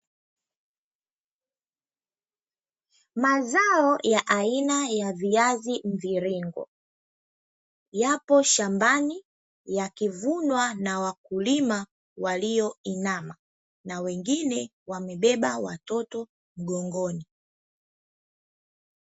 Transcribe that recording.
Mazao ya aina ya viazi mviringo yapo shambani, ya kivunwa na wakulima walioinama na wengine wamebeba watoto mgongoni.